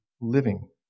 living